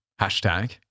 hashtag